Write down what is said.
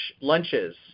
lunches